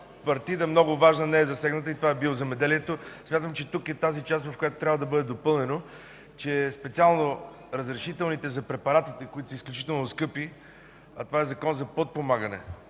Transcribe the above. цяла много важна партида не е засегната, и това е биоземеделието. Смятам, че тук е тази част, в която трябва да бъде допълнено, че специално разрешителните за препаратите, които са изключително скъпи, а това е Закон за подпомагане